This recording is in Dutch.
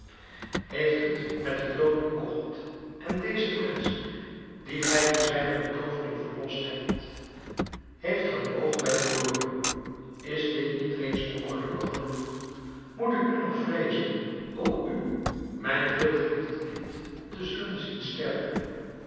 heeft het met den dood bekocht en deze prins dien gij van zijne betoovering verlost hebt heeft er een oog bij verloren is dit niet reeds ongeluks genoeg moet ik nu nog vreezen ook u mijn veel geliefd kind te zullen zien sterven